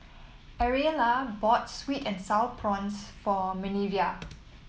Ariella bought sweet and sour prawns for Minervia